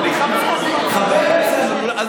אני חבר של --- חבר.